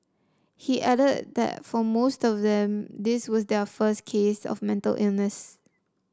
he added that for most of them this was their first case of mental illness